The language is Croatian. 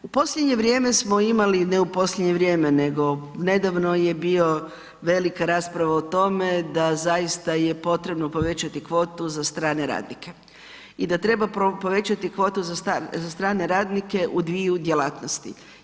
U posljednje vrijeme smo imali, ne u posljednje vrijeme nego nedavno je bio velika rasprava o tome da zaista je potrebno povećati kvotu za strane radnike i da treba povećati kvotu za strane radnike u dvije djelatnosti.